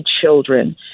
children